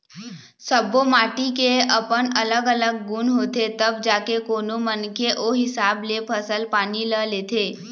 सब्बो माटी के अपन अलग अलग गुन होथे तब जाके कोनो मनखे ओ हिसाब ले फसल पानी ल लेथे